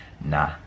Nah